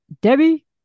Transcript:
Debbie